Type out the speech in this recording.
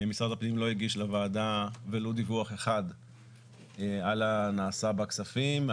משרד הפנים לא הגיש לוועדה ולו דיווח אחד על הנעשה בכספים,